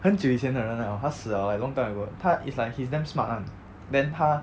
很久以前的人了他死了 like long time ago 他 it's like he's damn smart [one] then 他